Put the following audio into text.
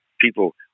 people